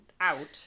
out